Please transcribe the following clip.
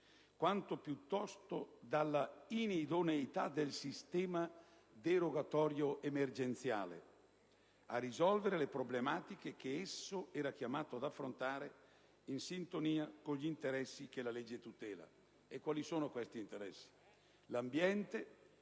quanto piuttosto dalla inidoneità del sistema derogatorio emergenziale a risolvere le problematiche che esso era chiamato ad affrontare in sintonia con gli interessi che la legge tutela: l'ambiente